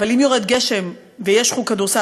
אבל אם יורד גשם ויש חוג כדורסל,